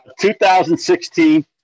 2016